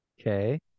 Okay